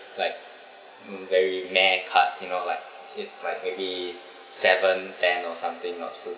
like mm very meh cards you know like it's like maybe seven ten or something not sure